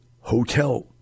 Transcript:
hotel